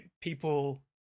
people